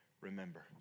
remember